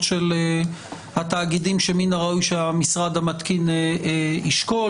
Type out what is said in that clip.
של התאגידים שמן הראוי שהמשרד המתקין ישקול,